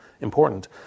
important